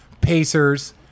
pacers